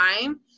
time